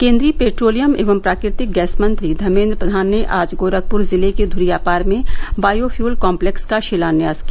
केन्द्रीय पेट्रोलियम एवं प्राकृतिक गैस मंत्री धर्मेन्द्र प्रधान ने आज गोरखपुर जिले के धुरियापार में बायो फ्यूल काम्लेक्स का शिलान्यास किया